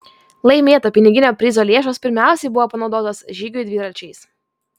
laimėto piniginio prizo lėšos pirmiausiai buvo panaudotos žygiui dviračiais